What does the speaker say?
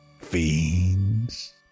fiends